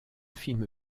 film